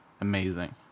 amazing